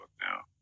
now